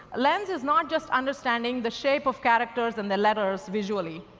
lens is not just understanding the shape of characters and the letters, visually,